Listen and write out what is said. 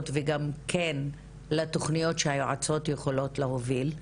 וגם לתוכניות שהיועצות יכולות להוביל.